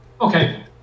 Okay